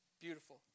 Beautiful